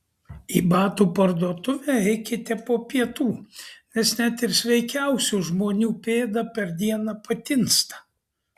į batų parduotuvę eikite po pietų nes net ir sveikiausių žmonių pėda per dieną patinsta